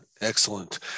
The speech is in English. Excellent